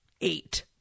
eight